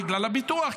בגלל הביטוח,